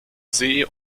see